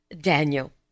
Daniel